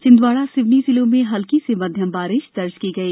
छिंदवाड़ा सिवनी जिलों में हल्की से मध्यम बारिश दर्ज की गई